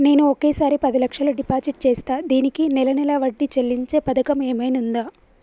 నేను ఒకేసారి పది లక్షలు డిపాజిట్ చేస్తా దీనికి నెల నెల వడ్డీ చెల్లించే పథకం ఏమైనుందా?